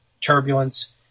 turbulence